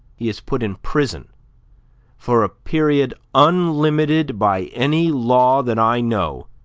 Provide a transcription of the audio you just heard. he is put in prison for a period unlimited by any law that i know,